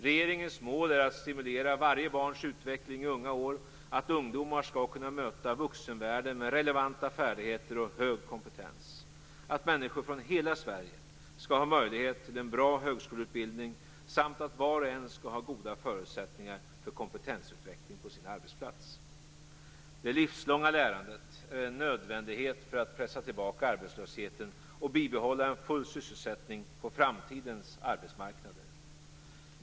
Regeringens mål är att stimulera varje barns utveckling i unga år, att ungdomar skall kunna möta vuxenvärlden med relevanta färdigheter och hög kompetens, att människor från hela Sverige skall ha möjlighet till en bra högskoleutbildning samt att var och en skall ha goda förutsättningar för kompetensutveckling på sin arbetsplats. Det livslånga lärandet är en nödvändighet för att pressa tillbaka arbetslösheten och bibehålla en full sysselsättning på framtidens arbetsmarknad.